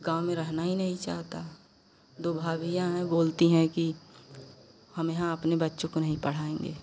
गाँव में रहना ही नहीं चाहता दो भाभियाँ हैं बोलती हैं कि हम यहाँ अपने बच्चों को नहीं पढ़ाएंगे